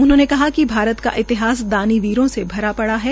उन्होंने कहा कि भारत का इतिहास दानी वीरों से भरा पड़ा है